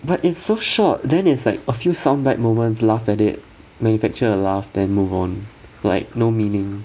but it's so short then it's like a few some bad moments laugh at it manufacture a laugh then move on like no meaning